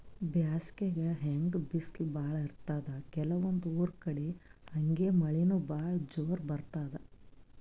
ಬ್ಯಾಸ್ಗ್ಯಾಗ್ ಹೆಂಗ್ ಬಿಸ್ಲ್ ಭಾಳ್ ಇರ್ತದ್ ಕೆಲವಂದ್ ಊರ್ ಕಡಿ ಹಂಗೆ ಮಳಿನೂ ಭಾಳ್ ಜೋರ್ ಬರ್ತದ್